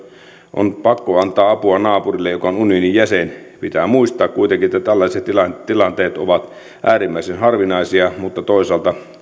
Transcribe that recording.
on pakko antaa apua naapurille joka on unionin jäsen pitää muistaa kuitenkin että tällaiset tilanteet tilanteet ovat äärimmäisen harvinaisia mutta toisaalta